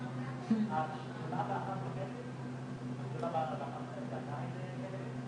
אי אפשר להלך על מנהלי בתי החולים.